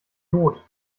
iod